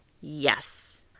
yes